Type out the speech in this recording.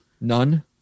None